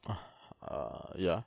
uh err ya